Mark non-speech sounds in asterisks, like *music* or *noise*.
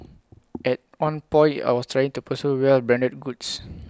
*noise* at one point I was trying to pursue wealth branded goods